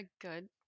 good